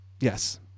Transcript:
yes